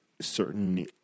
certain